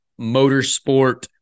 motorsport